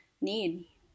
need